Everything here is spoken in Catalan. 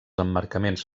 emmarcaments